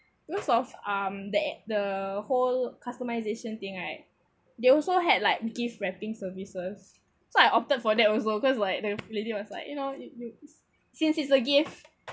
because of um that the whole customisation thing right they also had like gift wrapping services so I opted for that also cause like the lady was like you know you since it's a gift